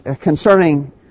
concerning